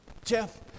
Jeff